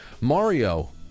Mario